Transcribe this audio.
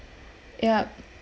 yup